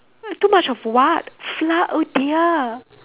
too much of what flour oh dear